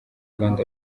rwanda